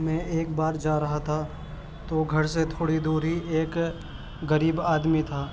میں ایک بار جا رہا تھا تو گھر سے تھوڑی دوری ایک غریب آدمی تھا